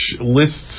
lists